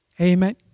Amen